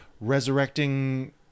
resurrecting